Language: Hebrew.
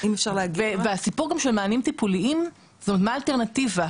והסיפור של מענים טיפוליים, מה האלטרנטיבה?